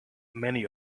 many